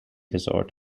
resort